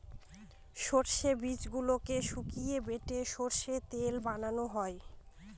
সর্ষের বীজগুলোকে শুকিয়ে বেটে সর্ষের তেল বানানো হয়